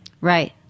Right